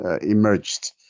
emerged